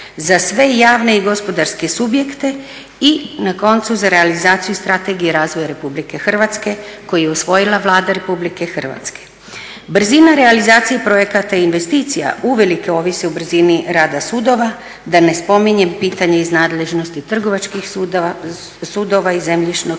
za sve javne i gospodarske subjekte i na koncu za realizaciju Strategije razvoja Republike Hrvatske koji je usvojila Vlada Republike Hrvatske. Brzina realizacije projekata i investicija uvelike ovisi o brzini rada sudova, da ne spominjem pitanje iz nadležnosti Trgovačkih sudova i zemljišno-knjižnih